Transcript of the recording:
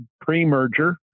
pre-merger